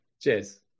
Cheers